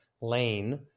lane